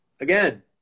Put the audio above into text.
again